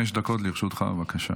חמש דקות לרשותך, בבקשה.